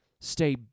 Stay